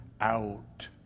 out